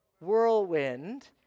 whirlwind